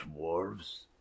dwarves